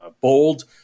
bold